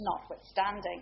notwithstanding